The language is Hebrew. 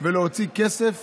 ולהוציא כסף